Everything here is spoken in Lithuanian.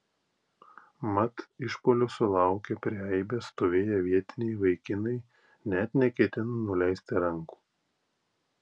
mat išpuolio sulaukę prie aibės stovėję vietiniai vaikinai net neketino nuleisti rankų